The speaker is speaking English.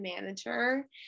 manager